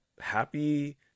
happy